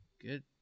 Good